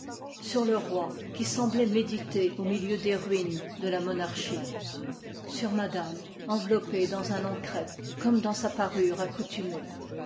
sur le roi qui semb'oit méditer au milieu des ruines de la monarchie sur madame enveloppée dans un long crêpe i ip parj comme dans sa parure accoutumée